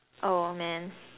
oh man